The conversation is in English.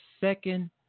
second